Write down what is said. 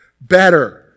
Better